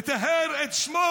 לטהר את שמו